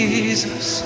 Jesus